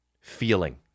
feeling